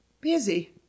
Busy